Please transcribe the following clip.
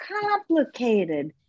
complicated